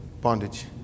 bondage